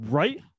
right